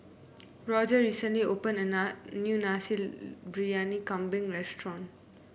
Goger recently opened a new Nasi Briyani Kambing restaurant